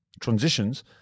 Transitions